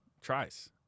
Tries